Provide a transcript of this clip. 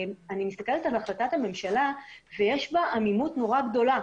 אני מסתכלת על החלטת הממשלה ויש בה עמימות מאוד גדולה.